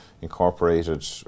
incorporated